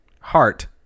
Heart